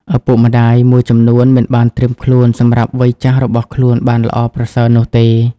ឪពុកម្ដាយមួយចំនួនមិនបានត្រៀមខ្លួនសម្រាប់វ័យចាស់របស់ខ្លួនបានល្អប្រសើរនោះទេ។